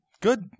Good